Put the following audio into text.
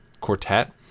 quartet